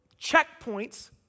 checkpoints